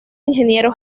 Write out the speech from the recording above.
ingeniero